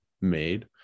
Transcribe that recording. made